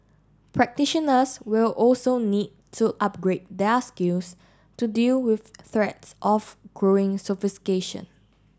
practitioners will also need to upgrade their skills to deal with threats of growing sophistication